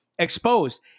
exposed